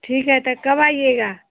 ठीक है त कब आइएगा